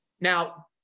Now